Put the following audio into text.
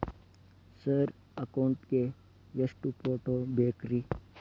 Sir account ಗೇ ಎಷ್ಟು photo ಬೇಕ್ರಿ?